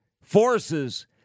forces